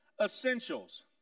essentials